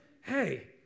hey